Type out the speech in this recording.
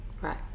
Right